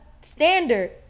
standard